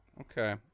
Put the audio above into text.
Okay